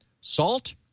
Salt